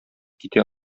китә